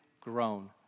grown